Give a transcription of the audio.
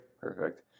Perfect